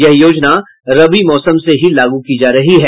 यह योजना रबी मौसम से ही लागू की जा रही है